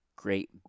great